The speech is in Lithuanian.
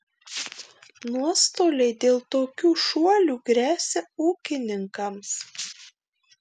nuostoliai dėl tokių šuolių gresia ūkininkams